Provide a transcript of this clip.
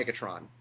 Megatron